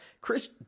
Chris